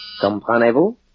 Comprenez-vous